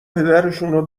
پدرشونو